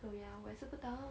so ya 我也是不懂